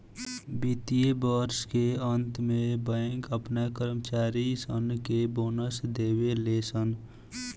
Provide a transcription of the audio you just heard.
वित्तीय वर्ष के अंत में बैंक अपना कर्मचारी सन के बोनस देवे ले सन